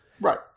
Right